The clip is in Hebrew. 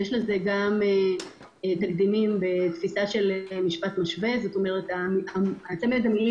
יש לזה גם דגמים בתפיסה של המשפט המשווה: צמד המילים